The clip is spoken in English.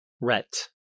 RET